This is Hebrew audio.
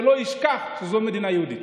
שלא ישכח שזו מדינה יהודית.